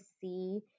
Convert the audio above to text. see